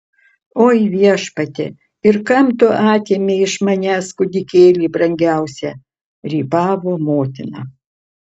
oi viešpatie ir kam tu atėmei iš manęs kūdikėlį brangiausią rypavo motina